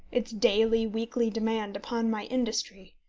its daily, weekly demand upon my industry,